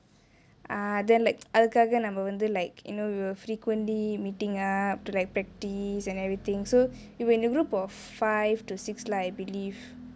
ah then like அதுக்காகே நம்ம வந்து:athukaagae namma vanthu like you know we were frequently meeting up to like practice and everything so we were in a group of five to six lah I believe